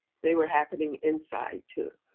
they were happening inside too.